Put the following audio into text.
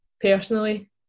personally